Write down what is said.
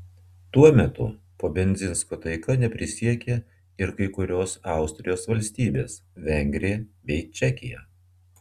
tuo metu po bendzinsko taika neprisiekė ir kai kurios austrijos valstybės vengrija bei čekija